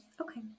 okay